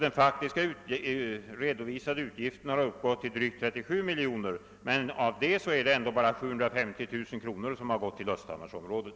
De faktiska redovisade utgifterna har utgjort drygt 37 miljoner, men av detta belopp är det bara 750 000 kronor som gått till Östhammarsområdet.